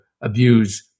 abuse